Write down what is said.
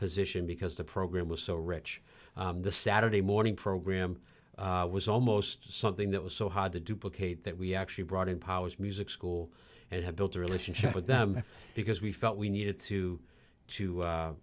because the program was so rich the saturday morning program was almost something that was so hard to duplicate that we actually brought in powers music school and have built a relationship with them because we felt we needed to to